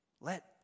Let